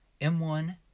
M1